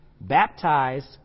Baptized